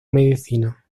medicina